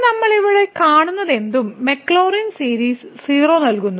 എന്നിട്ട് നമ്മൾ ഇവിടെ കാണുന്നതെന്തും മാക്ലോറിൻ സീരീസ് 0 നൽകുന്നു